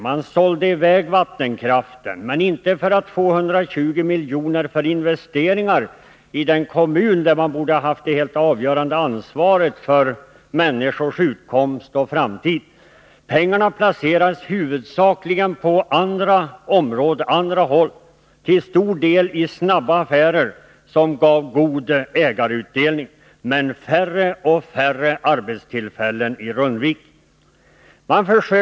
Man sålde tillgångarna i vattenkraft, men inte för att få 120 miljoner till investeringar i den kommun där man borde ha haft det helt avgörande ansvaret för människors utkomst och framtid — pengarna placerades huvudsakligen på andra håll, till stor del i snabba affärer som gav god ägarutdelning, medan det blev färre och färre arbetstillfällen i Rundvik.